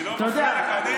אני לא מפריע לך.